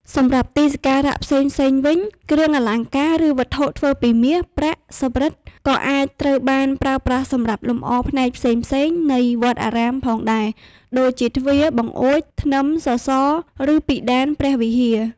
សម្រាប់ទីសក្ការៈផ្សេងៗវិញ គ្រឿងអលង្ការ ឬវត្ថុធ្វើពីមាស ប្រាក់ សំរឹទ្ធ ក៏អាចត្រូវបានប្រើប្រាស់សម្រាប់លម្អផ្នែកផ្សេងៗនៃវត្តអារាមផងដែរ ដូចជា ទ្វារ បង្អួច ធ្នឹម សសរ ឬពិដានព្រះវិហារ។